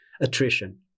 attrition